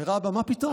אומר האבא: מה פתאום.